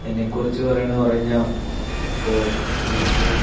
എന്നെ കുറിച്ച് പറയണംന്ന് പറഞ്ഞ് കഴിഞ്ഞാ ഇപ്പോ വീട്ടില്